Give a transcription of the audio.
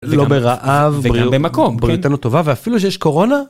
לא ברעב וגם במקום, בריאותנו טובה ואפילו שיש קורונה,